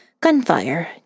Gunfire